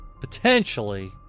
potentially